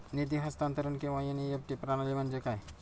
निधी हस्तांतरण किंवा एन.ई.एफ.टी प्रणाली म्हणजे काय?